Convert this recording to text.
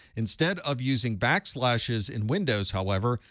instead of using backslashes in windows, however,